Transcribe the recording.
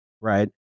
right